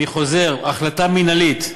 אני חוזר, החלטה מינהלית,